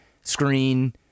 screen